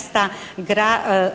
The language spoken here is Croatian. zaista